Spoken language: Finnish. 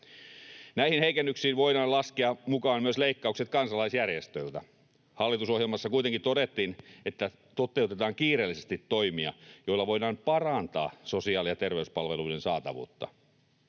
Näihin heikennyksiin voidaan laskea mukaan myös leikkaukset kansalaisjärjestöiltä. Hallitusohjelmassa kuitenkin todettiin, että toteutetaan kiireellisesti toimia, joilla voidaan parantaa sosiaali- ja terveyspalveluiden saatavuutta.